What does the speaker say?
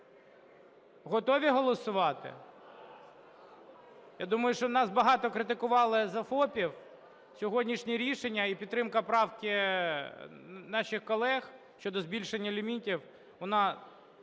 Готові голосувати? Я думаю, що нас багато критикували із-за ФОПів, сьогоднішнє рішення і підтримка правки наших колег щодо збільшення лімітів, вона